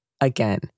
Again